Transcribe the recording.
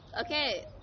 Okay